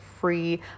free